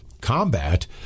combat